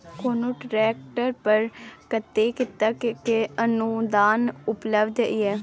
कोनो ट्रैक्टर पर कतेक तक के अनुदान उपलब्ध ये?